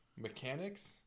mechanics